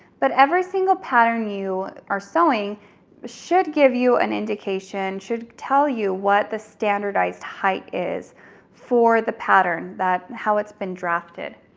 but every single pattern you are sewing should give you an indication, should tell you what the standardized height is for the pattern that how it's been drafted.